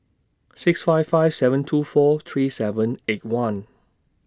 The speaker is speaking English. six five five seven two four three seven eight one